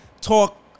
talk